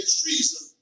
treason